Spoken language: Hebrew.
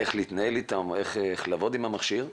להתנהל או לעבוד עם המכשיר,